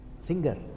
Singer